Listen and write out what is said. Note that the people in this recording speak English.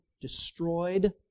destroyed